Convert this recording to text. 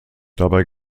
dabei